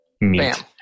meat